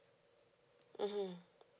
mmhmm